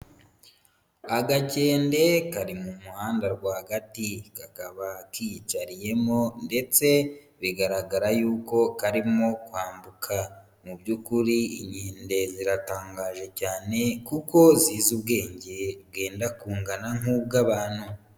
Agakende kari mu muhanda rwagati, kakaba kiyicariyemo ndetse bigaragara yuko karimo kwambuka. Mu by'ukuri inkende ziratangaje cyane, kuko zizi ubwenge bwenda kungana nk'ubw'abantu.